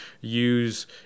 use